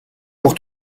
pour